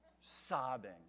sobbing